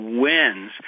wins